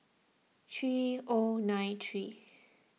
three O nine three